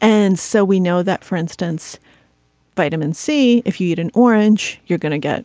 and so we know that for instance vitamin c if you eat an orange you're gonna get